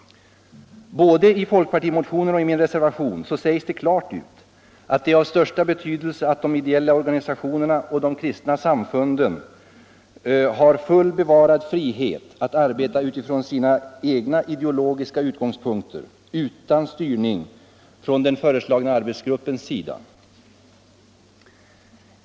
Både i folkpartimotionen och i min reservation sägs det klart ut att det är av största betydelse att de ideella organisationerna och de kristna samfunden har full bevarad frihet att arbeta utifrån sina egna ideologiska utgångspunkter utan styrning från den föreslagna arbetsgruppens sida.